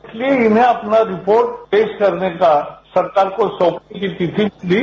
इसलिए इन्हें अपना रिपोर्ट पेशकरने का सरकार को सौंपने की तिथि मिली